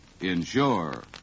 ensure